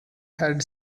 had